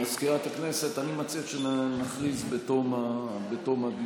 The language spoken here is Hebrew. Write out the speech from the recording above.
מזכירת הכנסת, אני מציע שנכריז בתום הדיון.